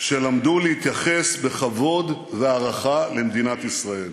שלמדו להתייחס בכבוד והערכה למדינת ישראל.